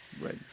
Right